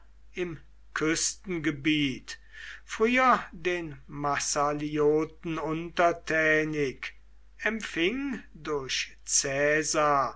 im küstengebiet früher den massalioten untertänig empfing durch